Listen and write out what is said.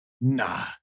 nah